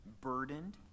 burdened